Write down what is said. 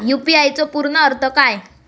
UPI चो पूर्ण अर्थ काय?